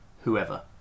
whoever